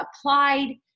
applied